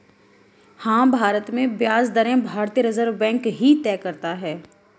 हाँ, भारत में ब्याज दरें भारतीय रिज़र्व बैंक ही तय करता है